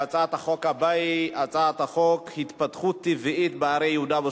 ההצעה להפוך את הצעת חוק הממשלה (תיקון,